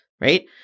right